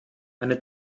meine